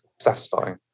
satisfying